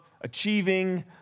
achieving